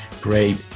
Great